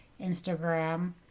Instagram